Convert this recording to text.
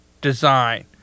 Design